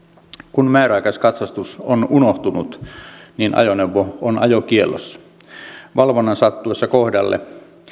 kun määräaikaiskatsastus on unohtunut niin ajoneuvo on ajokiellossa valvonnan sattuessa kohdalle